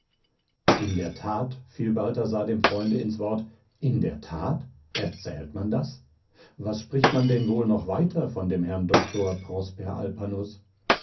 in der tat fiel balthasar dem freunde ins wort in der tat erzählt man das was spricht man denn wohl noch weiter von dem herrn doktor prosper